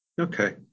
Okay